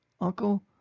Uncle